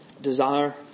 desire